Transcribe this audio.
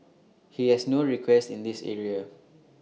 he has no request in this area